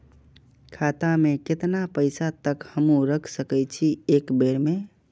खाता में केतना पैसा तक हमू रख सकी छी एक बेर में?